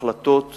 החלטה